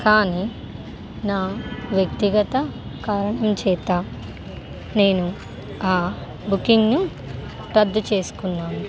కానీ నా వ్యక్తిగత కారణం చేత నేను ఆ బుకింగ్ను రద్దు చేసుకున్నాను